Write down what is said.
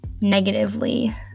negatively